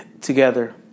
together